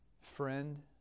friend